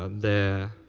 um the